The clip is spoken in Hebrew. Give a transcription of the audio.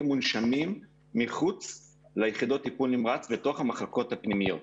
מונשמים מחוץ ליחידות טיפול נמרץ בתוך המחלקות הפנימיות.